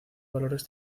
valores